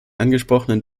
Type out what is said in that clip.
angesprochenen